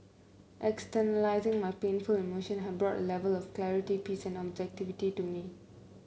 externalising my painful emotions had brought A Level of clarity peace and objectivity to me